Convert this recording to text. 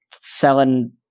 selling